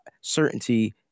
certainty